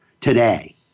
today